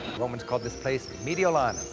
romans called this place mediolanum,